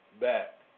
back